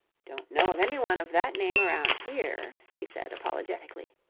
don't know of anyone of that name around here, he said, apologetically.